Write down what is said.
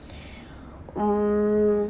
hmm